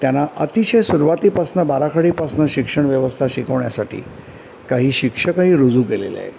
त्यांना अतिशय सुरुवातीपासनं बाराखाडीपासनं शिक्षण व्यवस्था शिकवण्यासाठी काही शिक्षकही रुजू केलेले आहेत